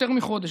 יותר מחודש,